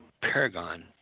Paragon